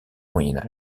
moyen